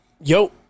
Yo